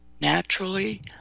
naturally